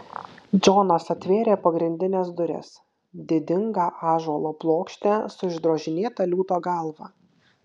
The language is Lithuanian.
džonas atvėrė pagrindines duris didingą ąžuolo plokštę su išdrožinėta liūto galva